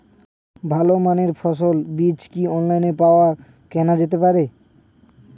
ভালো মানের ফসলের বীজ কি অনলাইনে পাওয়া কেনা যেতে পারে?